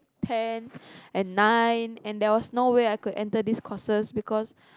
ten and nine and there was no way I could enter these courses because